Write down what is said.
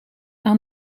aan